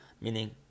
Meaning